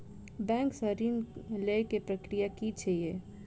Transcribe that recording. Bank सऽ ऋण लेय केँ प्रक्रिया की छीयै?